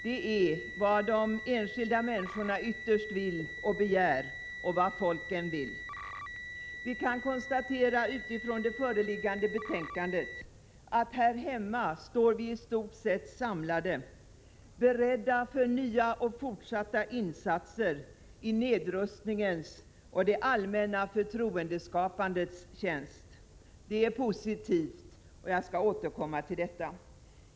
Det är vad de enskilda människorna ytterst vill och begär och vad folken vill. Vi kan utifrån det föreliggande betänkandet konstatera att vi här hemma i stort sett står samlade, beredda till nya och fortsatta insatser i nedrustningens och det allmänna förtroendeskapandets tjänst. Det är positivt — jag skall återkomma till detta.